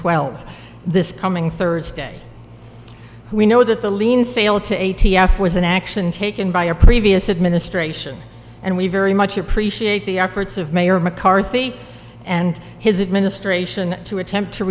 twelve this coming thursday we know that the lien sale to a t f was an action taken by a previous administration and we very much appreciate the efforts of mayor mccarthy and his administration to attempt to